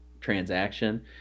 transaction